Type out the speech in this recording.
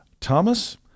Thomas